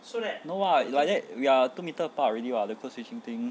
no [what] like that we are two metre apart already [what] the code switching thing